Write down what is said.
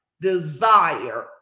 desire